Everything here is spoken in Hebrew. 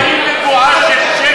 אתם חיים בבועה של שקר.